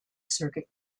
circuit